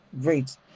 great